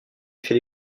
fait